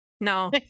No